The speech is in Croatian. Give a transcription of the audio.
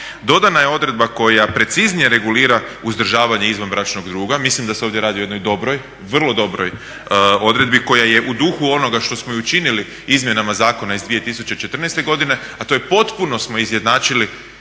Dodana je odredba koja preciznije regulira uzdržavanje izvanbračnog druga, mislim da se ovdje radi o jednoj dobroj, vrlo dobroj odredbi koja je u duhu onoga što smo i učinili izmjenama zakona iz 2014. godine, a to je potpuno smo izjednačili